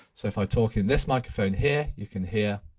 so if i talk in this microphone here, you can hear,